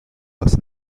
das